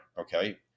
Okay